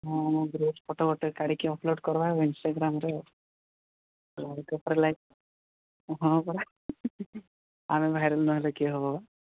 ହଁ ଆମ best photo ଗୋଟେ କାଢ଼ିକି ଅପଲୋଡ଼୍ କରିବା ଇନଷ୍ଟାଗ୍ରାମ୍ରେ ଆଉ ଲାଇକ୍ ଉପରେ ଲାଇକ୍ ହଁ ପରା ଆମେ ଭାଇରାଲ୍ ନହେଲେ କିଏ ହେବ ବା